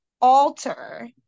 alter